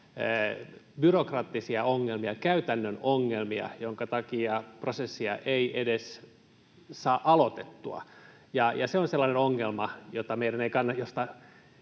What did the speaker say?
byrokraattisia ongelmia, käytännön ongelmia, joidenka takia prosessia ei edes saa aloitettua, ja se on sellainen ongelma, jolta meillä ei ole